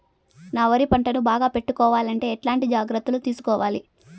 నా వరి పంటను బాగా పెట్టుకోవాలంటే ఎట్లాంటి జాగ్రత్త లు తీసుకోవాలి?